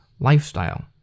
lifestyle